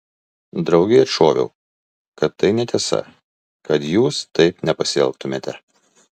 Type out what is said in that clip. draugei atšoviau kad tai netiesa kad jūs taip nepasielgtumėte